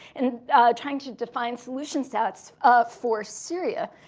and trying to define solution sets for syria.